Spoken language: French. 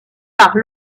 par